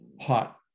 hot